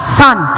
son